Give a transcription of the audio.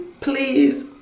please